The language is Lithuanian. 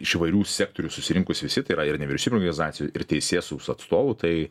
iš įvairių sektorių susirinkus visi tai yra ir nevyriausybinių organizacijų ir teisėsaugos atstovų tai